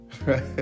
Right